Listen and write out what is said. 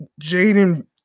Jaden